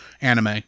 anime